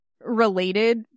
related